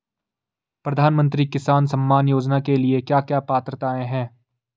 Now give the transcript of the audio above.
प्रधानमंत्री किसान सम्मान योजना के लिए क्या क्या पात्रताऐं हैं?